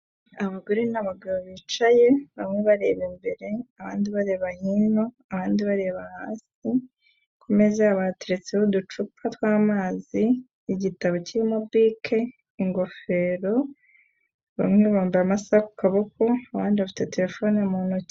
Abagore n'abagabo bicaye, bamwe bareba imbere, abandi bareba hino, abandi bareba hasi. Ku meza hateretseho uducupa tw'amazi, igitabo kirimo bike, ingofero, bamwe bambaye amasaha ku kaboko, abandi bafite terefone mu ntoki.